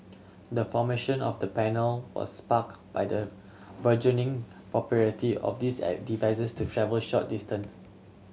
the formation of the panel was spark by the burgeoning popularity of these devices to travel short distance